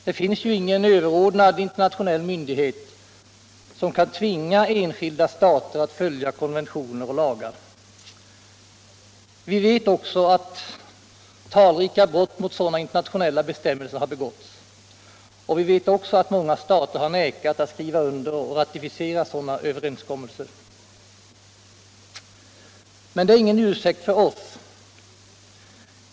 Det finns ju ingen överordnad internationell myndighet som kan tvinga enskilda stater att följa konventioner och lagar. Vi vet att talrika brott mot sådana internationella bestämmelser har begåtts, och vi vet också att många stater har nekat att skriva under och ratificera sådana överenskommelser. Men det är ingen ursäkt för oss!